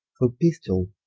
for pistoll,